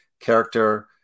character